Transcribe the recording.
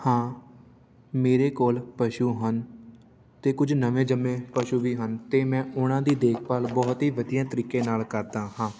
ਹਾਂ ਮੇਰੇ ਕੋਲ ਪਸ਼ੂ ਹਨ ਅਤੇ ਕੁਝ ਨਵੇਂ ਜੰਮੇ ਪਸ਼ੂ ਵੀ ਹਨ ਅਤੇ ਮੈਂ ਉਹਨਾਂ ਦੀ ਦੇਖਭਾਲ ਬਹੁਤ ਹੀ ਵਧੀਆ ਤਰੀਕੇ ਨਾਲ ਕਰਦਾ ਹਾਂ